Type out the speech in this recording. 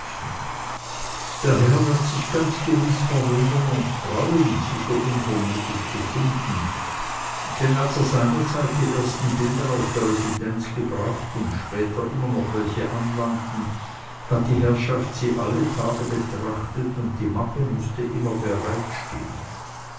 herr wird sich ganz gewiß verwundern und freuen sie so unvermutet zu finden denn als er seinerzeit die ersten bilder aus der residenz gebracht und später immer noch welche anlangten hat die herrschaft sie alle tage betrachtet und die mappe mußte immer